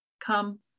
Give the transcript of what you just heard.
Come